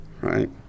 right